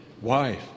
wife